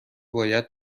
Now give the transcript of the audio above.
باید